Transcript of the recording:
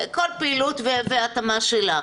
כל פעילות וההתאמה שלה.